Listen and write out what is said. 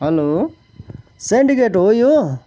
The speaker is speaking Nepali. हेलो सेन्डिकेट हो यो